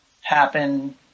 happen